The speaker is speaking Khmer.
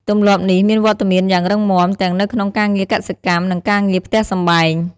ទម្លាប់នេះមានវត្តមានយ៉ាងរឹងមាំទាំងនៅក្នុងការងារកសិកម្ម និងការងារផ្ទះសម្បែង។